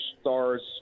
Stars